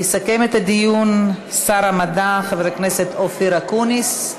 יסכם את הדיון שר המדע חבר הכנסת אופיר אקוניס.